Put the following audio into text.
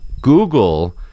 Google